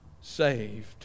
saved